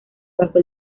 bajo